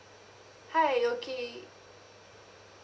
hi okay